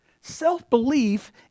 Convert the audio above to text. self-belief